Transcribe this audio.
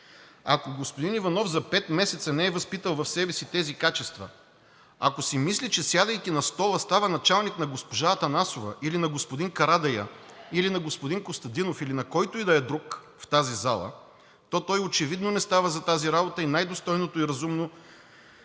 Ако господин Иванов за пет месеца не е възпитал в себе си тези качества, ако си мисли, че сядайки на стола, става началник на госпожа Атанасова или на господин Карадайъ, или на господин Костадинов, или на който и да е друг в тази зала, то той очевидно не става за тази работа и най-достойното и разумно за